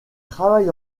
travaille